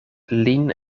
lin